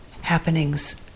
happenings